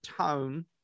tone